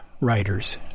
writers